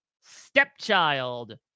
Stepchild